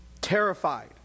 Terrified